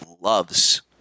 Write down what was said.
loves